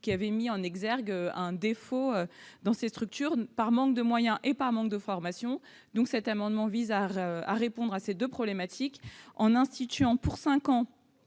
PME avait mis en exergue un défaut dans ces structures par manque à la fois de moyens et de formation. Cet amendement vise à répondre à ces deux problématiques en instituant pour cinq ans